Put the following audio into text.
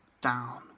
down